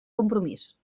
compromís